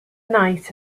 night